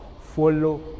Follow